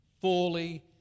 Fully